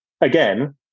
again